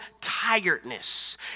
tiredness